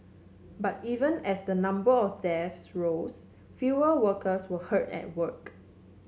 but even as the number of deaths rose fewer workers were hurt at work